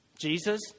Jesus